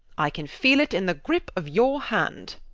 i can feel it in the grip of your hand.